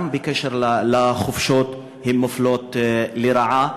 גם בקשר לחופשות הן מופלות לרעה.